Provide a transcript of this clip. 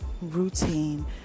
routine